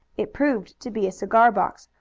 it proved to be a cigar box,